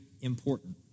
important